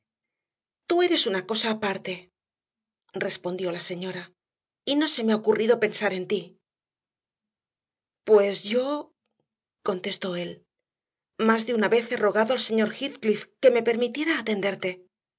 tú eres una cosa aparte respondió la señora y no se me ha ocurrido pensar en ti pues yo contestó él más de una vez he rogado al señor heathcliff que me permitiera atenderte